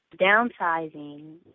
downsizing